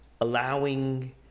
allowing